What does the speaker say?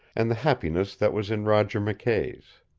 and the happiness that was in roger mckay's.